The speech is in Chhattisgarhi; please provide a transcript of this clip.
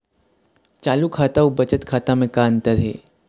चालू खाता अउ बचत खाता म का अंतर हे?